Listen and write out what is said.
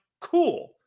cool